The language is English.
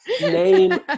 name